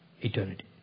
eternity